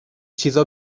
چیزا